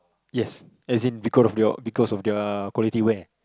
yes as in because of your because of their quality wear